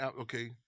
okay